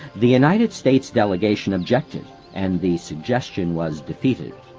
the united states delegation objected and the suggestion was defeated.